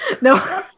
No